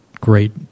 great